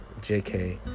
JK